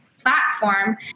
platform